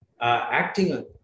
acting